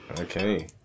Okay